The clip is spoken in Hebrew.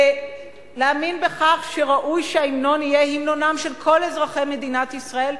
להאמין בכך שראוי שההמנון יהיה המנונם של כל אזרחי מדינת ישראל,